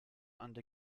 under